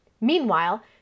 Meanwhile